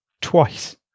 Twice